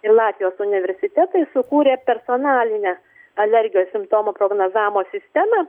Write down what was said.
ir latvijos universitetai sukūrė personalinę alergijos simptomų prognozavimo sistemą